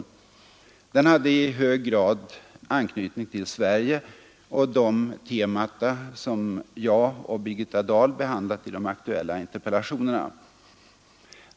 Den konferensen hade i hög grad anknytning till Sverige och till de temata som jag och Birgitta Dahl behandlat i de aktuella interpellationerna.